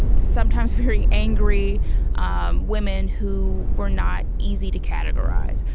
sometimes very angry um women who were not easy to categorize.